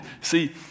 See